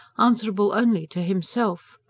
answerable only to himself.